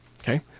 okay